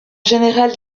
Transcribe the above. général